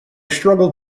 struggled